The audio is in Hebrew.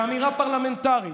באמירה פרלמנטרית,